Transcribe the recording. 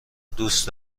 دوست